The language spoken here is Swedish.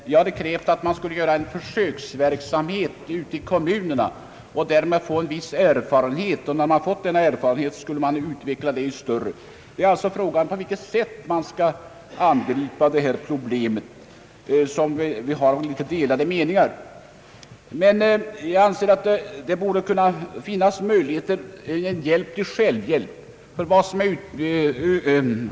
Jag hade önskat få till stånd en försöksverksamhet ute i kommunerna, varigenom man kunde få viss erfarenhet. När man fått denna erfarenhet skulle man sedan kunna utveckla verksamheten i större skala. Vi har alltså delade meningar om på vilket sätt man bör angripa detta problem. Jag anser att man borde söka utnyttja möjligheterna för en hjälp till självhjälp.